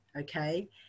okay